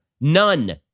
None